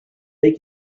they